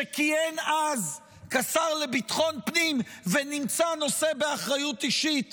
שכיהן אז כשר לביטחון פנים ונמצא נושא באחריות אישית